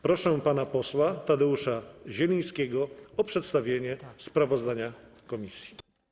Proszę pana posła Tadeusza Zielińskiego o przedstawienie sprawozdania komisji.